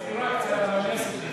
תהיי זהירה, כי אני עשיתי את זה.